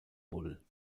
bull